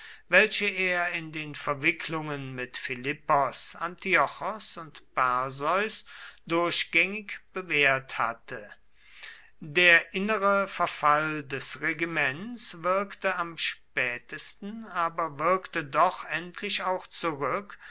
welche er in den verwicklungen mit philippos antiochos und perseus durchgängig bewährt hatte der innerliche verfall des regiments wirkte am spätesten aber wirkte doch endlich auch zurück